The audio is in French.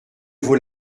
vaut